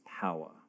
power